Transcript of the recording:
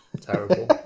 terrible